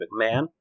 McMahon